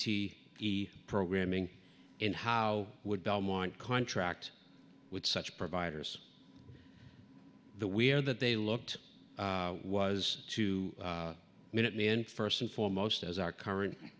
the programming and how would belmont contract with such providers the we're that they looked was two minute men first and foremost as our current